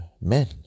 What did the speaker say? men